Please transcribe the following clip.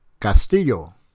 Castillo